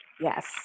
Yes